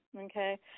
okay